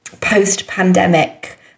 post-pandemic